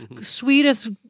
sweetest